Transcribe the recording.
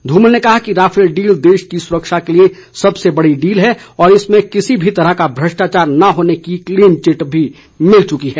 धूमल ने कहा कि राफेल डील देश की सुरक्षा के लिए सबसे बड़ी डील है और इसमें किसी भी तरह का भ्रष्टाचार न होने की क्लीन चिट भी मिल चुकी है